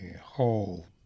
whole